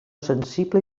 sensible